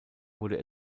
wurde